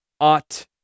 ought